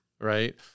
Right